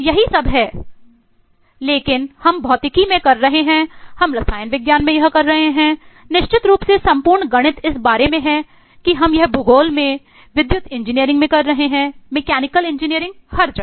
यही सब है लेकिन हम भौतिकी में कर रहे हैं हम रसायन विज्ञान में यह कर रहे हैं निश्चित रूप से संपूर्ण गणित इस बारे में है कि हम यह भूगोल में विद्युत इंजीनियरिंग में कर रहे हैं मैकेनिकल इंजीनियरिंग हर जगह